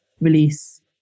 release